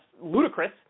ludicrous